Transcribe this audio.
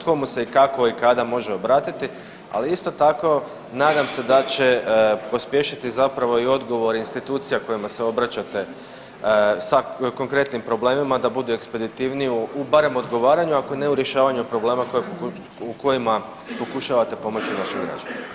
tko mu se kako i kada može obratiti, ali isto tako nadam se da će pospješiti zapravo i odgovor institucija kojima se obraćate sa konkretnim problemima da budu ekspeditivniji u barem u odgovaranju, ako ne u rješavanju problema u kojima pokušavate pomoći našim građanima.